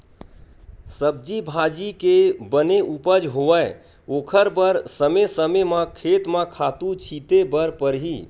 सब्जी भाजी के बने उपज होवय ओखर बर समे समे म खेत म खातू छिते बर परही